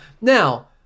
now